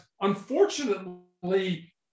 unfortunately